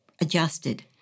adjusted